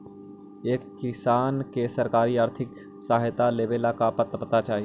एक किसान के सरकारी आर्थिक सहायता लेवेला का पात्रता चाही?